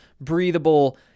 breathable